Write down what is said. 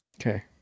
Okay